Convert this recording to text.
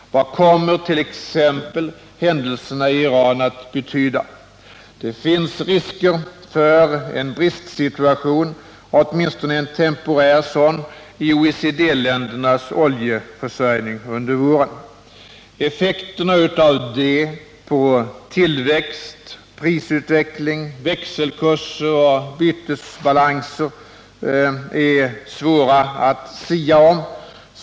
Vad kommer t.ex. händelserna i Iran att betyda? Det finns risker för en bristsituation, åtminstone en temporär sådan, i OECD-ländernas oljeförsörjning under våren. Effekterna av detta på tillväxt, prisutveckling, växelkurser och bytesbalanser är svåra att sia om.